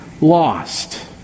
lost